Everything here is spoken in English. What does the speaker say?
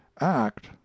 act